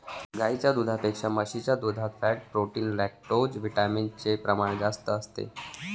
गाईच्या दुधापेक्षा म्हशीच्या दुधात फॅट, प्रोटीन, लैक्टोजविटामिन चे प्रमाण जास्त असते